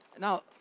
Now